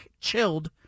chilled